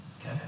okay